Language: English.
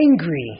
angry